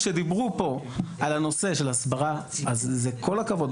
כשדיברו פה על הנושא של הסברה, אז זה כל הכבוד.